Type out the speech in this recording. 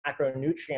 macronutrient